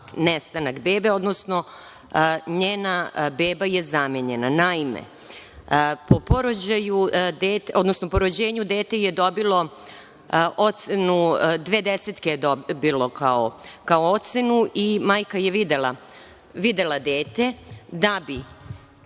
nestanak bebe, odnosno njena beba je zamenjena. Naime, po rođenju dete je dobilo dve desetke kao ocenu i majka je videla dete, da bi